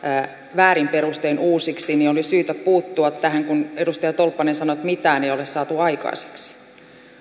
väärin perustein uusiksi oli syytä puuttua tähän kun edustaja tolppanen sanoi että mitään ei ole saatu aikaiseksi